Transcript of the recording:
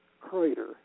Crater